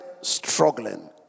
struggling